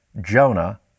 Jonah